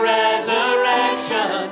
resurrection